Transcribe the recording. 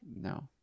No